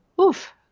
oof